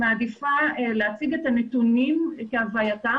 אני מעדיפה להציג את הנתונים כהווייתם